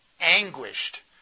anguished